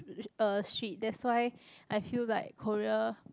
uh street that's why I feel like Korea